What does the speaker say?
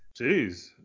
Jeez